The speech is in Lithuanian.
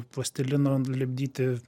plastilino nulipdyti